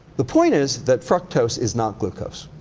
the point is that fructose is not glucose.